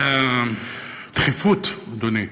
והדחיפות, אדוני,